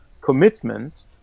commitment